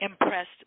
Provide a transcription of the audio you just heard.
impressed